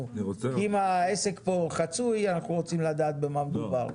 כי אם העסק פה חצוי אנחנו רוצים לדעת במה מדובר.